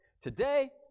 today